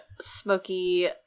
smoky